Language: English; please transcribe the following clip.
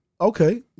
Okay